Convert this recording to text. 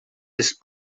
his